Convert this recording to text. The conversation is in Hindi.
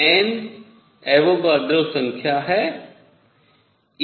n एवोगैड्रो संख्या है